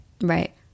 Right